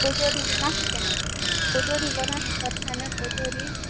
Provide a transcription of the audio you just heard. ତୁ ଯେଉଁଠି ବୁଣା ଶିଖେ ତୁ ଯେଉଁଠି ବୁଣା ଠାନେ ପୋଚୋଡ଼ି